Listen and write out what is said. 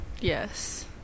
Yes